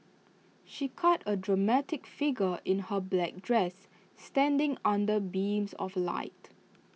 she cut A dramatic figure in her black dress standing under beams of light